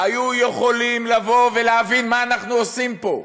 היינו יכולים לבוא ולהבין מה אנחנו עושים פה.